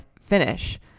finish